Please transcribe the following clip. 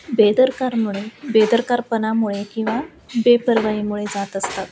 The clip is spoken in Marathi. बेदरकारमुळे बेदरकारपणामुळे किंवा बेपर्वाईमुळे जात असतात